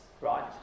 right